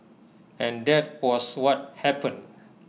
and that was what happened